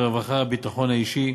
הרווחה והביטחון האישי.